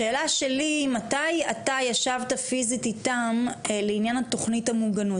השאלה שלי מתי אתה ישבת פיזית איתם לעניין התוכנית למוגנות,